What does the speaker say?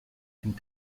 and